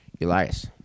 Elias